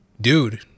Dude